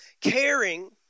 Caring